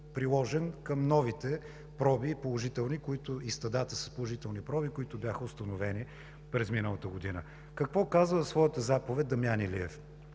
приложен към новите положителни проби, и стадата с положителни проби, които бяха установени през миналата година? Какво казва в своята заповед Дамян Илиев?